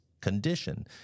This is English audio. condition